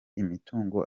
imitungo